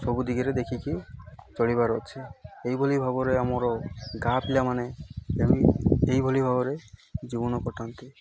ସବୁ ଦିଗରେ ଦେଖିକି ଚଳିବାର ଅଛି ଏହିଭଳି ଭାବରେ ଆମର ଗାଁ ପିଲାମାନେ ଏ ଏହିଭଳି ଭାବରେ ଜୀବନ କଟାନ୍ତି